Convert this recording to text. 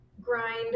grind